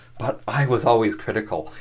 but i was always critical,